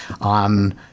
on